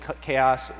chaos